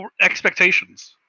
expectations